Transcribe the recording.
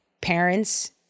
parents